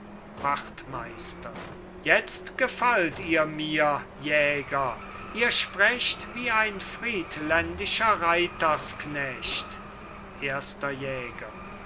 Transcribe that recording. wachtmeister jetzt gefallt ihr mir jäger ihr sprecht wie ein friedländischer reitersknecht erster jäger